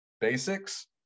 basics